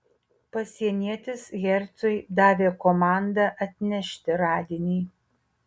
pasienietis hercui davė komandą atnešti radinį